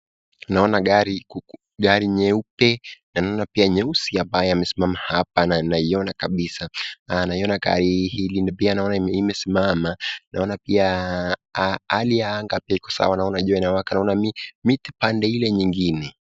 Naona gari nyeupe na naona pia nyeusi ambaye imesimama hapa na naiona kabisaa. Na naiona gari hili pia imesimama naona pia hali ya anga pia iko sawa naona jua inawaka naona miti pande ile ingine.